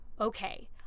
okay